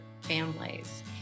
families